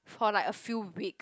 for like a few weeks